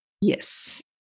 Yes